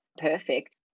perfect